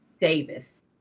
Davis